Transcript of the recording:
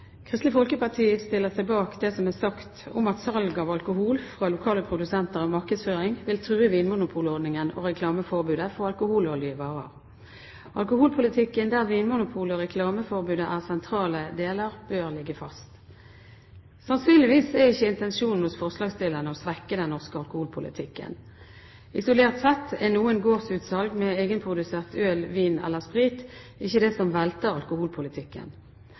Kristelig Folkeparti stiller seg bak det som er sagt om at salg av alkohol fra lokale produsenter og markedsføring vil true vinmonopolordningen og reklameforbudet for alkoholholdige varer. Alkoholpolitikken, der Vinmonopolet og reklameforbudet er sentrale deler, bør ligge fast. Sannsynligvis er ikke intensjonen til forslagsstillerne å svekke den norske alkoholpolitikken. Isolert sett er noen gårdsutsalg med egenprodusert øl, vin eller sprit ikke det som velter alkoholpolitikken.